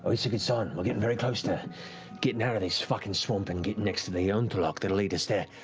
it's a good sign. we're getting very close to getting out of this fucking swamp and getting next to the ounterloch that'll lead us there.